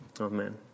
amen